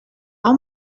how